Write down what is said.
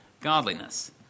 godliness